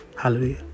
Hallelujah